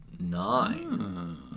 Nine